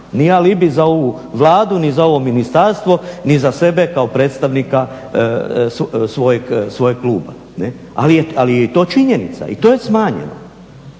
ni alibi za ovu Vladu ni za ovo ministarstvo ni za sebe kao predstavnika svojeg kluba. Ali je to činjenica i to je smanjeno.